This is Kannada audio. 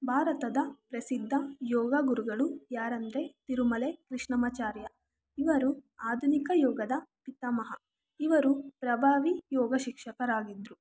ಭಾರತದ ಪ್ರಸಿದ್ಧ ಯೋಗ ಗುರುಗಳು ಯಾರೆಂದ್ರೆ ತಿರುಮಲೆ ಕೃಷ್ಣಮಾಚಾರ್ಯ ಇವರು ಆಧುನಿಕ ಯುಗದ ಪಿತಾಮಹ ಇವರು ಪ್ರಭಾವೀ ಯೋಗ ಶಿಕ್ಷಕರಾಗಿದ್ರು